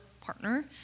partner